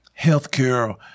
healthcare